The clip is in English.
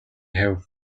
have